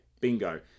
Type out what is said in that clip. Bingo